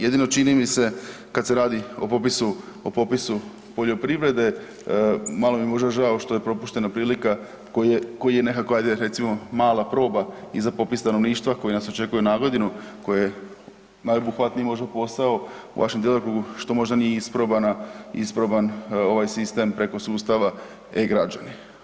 Jedino čini mi se kad se radi o popisu, o popisu poljoprivrede, malo mi možda žao što je propuštena prilika koje, koji je nekakva ajde recimo mala proba i za popis stanovništva koji nas očekuje na godinu, koji je najobuhvatniji možda posao u vašem djelokrugu što možda nije isprobana, isproban ovaj sistem preko sustava e-građani.